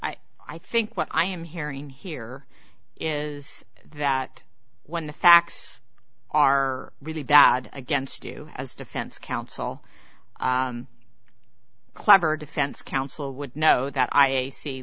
i think what i am hearing here is that when the facts are really bad against you as defense counsel clever defense counsel would know that i see